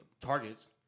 targets